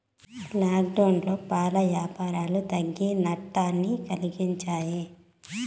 లాక్డౌన్లో పాల యాపారాలు తగ్గి నట్టాన్ని కలిగించాయి